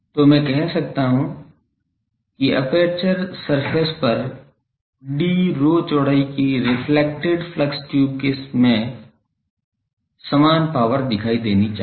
तो मैं कह सकता हूं कि एपर्चर सरफेस पर d rho चौड़ाई की रेफ्लेक्टेड फ्लक्स ट्यूब में समान पावर दिखाई देनी चाहिए